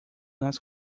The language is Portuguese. nas